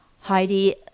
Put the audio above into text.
Heidi